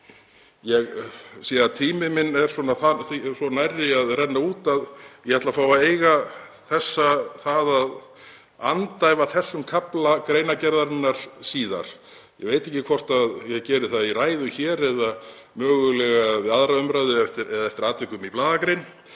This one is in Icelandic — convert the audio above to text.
Ég sé að tími minn er svo nærri því að renna út að ég ætla að fá að andæfa þessum kafla greinargerðarinnar síðar. Ég veit ekki hvort ég geri það í ræðu hér eða mögulega við 2. umræðu eða eftir atvikum í blaðagrein,